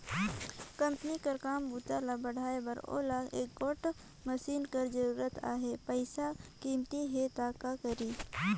Company कर काम बूता ल बढ़ाए बर ओला एगोट मसीन कर जरूरत अहे, पइसा कमती हे त का करी?